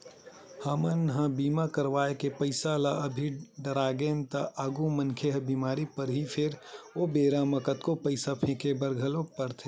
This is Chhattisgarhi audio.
हमन ह बीमा करवाय के पईसा ल अभी डरागेन त आगु मनखे ह बीमार परही फेर ओ बेरा म कतको पईसा फेके बर घलोक परथे